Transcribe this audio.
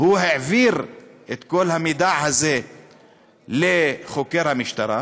הוא העביר את כל המידע הזה לחוקר המשטרה,